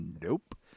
Nope